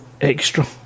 extra